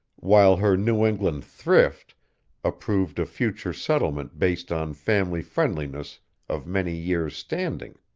while her new england thrift approved a future settlement based on family friendliness of many years' standing.